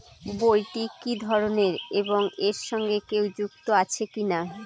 বইটি কি ধরনের এবং এর সঙ্গে কেউ যুক্ত আছে কিনা?